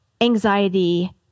anxiety